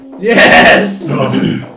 Yes